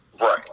Right